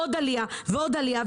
עוד עלייה ועוד עלייה,